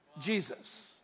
Jesus